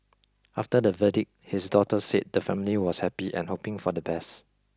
after the verdict his daughter said the family was happy and hoping for the best